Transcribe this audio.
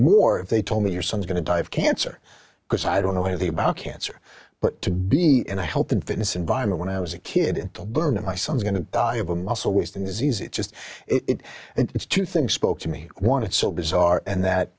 or if they told me your son is going to die of cancer because i don't know anything about cancer but to be in a health and fitness environment when i was a kid until burnham my son's going to die of a muscle wasting disease it's just it and it's two things spoke to me one it's so bizarre and that